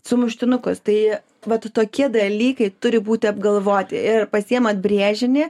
sumuštinukus tai vat tokie dalykai turi būti apgalvoti ir pasiimat brėžinį